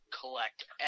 collect